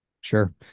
Sure